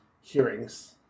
hearings